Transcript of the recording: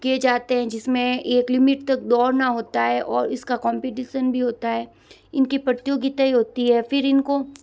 किए जाते हैं जिस में एक लिमिट तक दौड़ना होता है और इसका कंपटीशन भी होता है इनकी प्रतियोगिताएँ होती है फिर इनको